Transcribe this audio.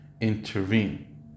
intervene